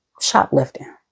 shoplifting